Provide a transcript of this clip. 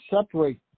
separate